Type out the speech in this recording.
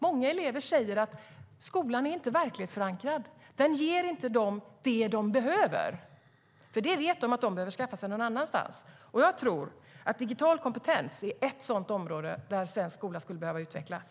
Många elever säger att skolan inte är verklighetsförankrad och att den inte ger dem vad de behöver. De vet att de behöver skaffa sig detta någon annanstans. Jag tror att digital kompetens är ett område där svensk skola skulle behöva utvecklas.